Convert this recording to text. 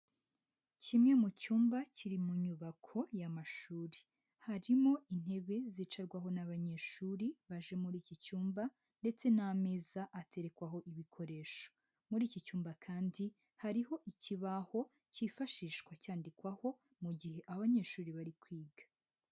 Kimwe mu cyumba kiri mu nyubako y'amashuri, harimo intebe zicarwaho n'abanyeshuri baje muri iki cyumba ndetse n'ameza aterekwaho ibikoresho, muri iki cyumba kandi hariho ikibaho cyifashishwa cyandikwaho mu gihe abanyeshuri bari kwiga.